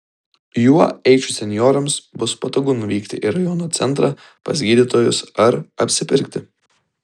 juo eičių senjorams bus patogu nuvykti į rajono centrą pas gydytojus ar apsipirkti